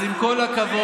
אז עם כל הכבוד,